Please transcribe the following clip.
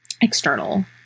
external